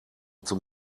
zum